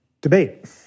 debate